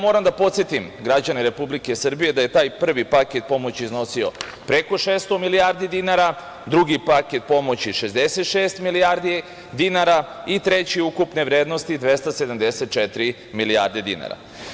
Moram da podsetim građane Republike Srbije da je taj prvi paket pomoći iznosio preko 600 milijardi dinara, drugi paket pomoći 66 milijardi dinara i treći ukupne vrednosti 274 milijarde dinara.